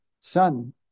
son